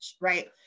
right